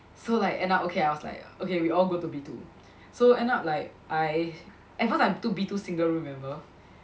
so like end up okay I was like okay we all go to B two so end up like I at first I'm two B two single room remember